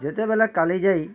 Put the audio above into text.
ଯେତେବେଲେ କାଲି